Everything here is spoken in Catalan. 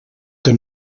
que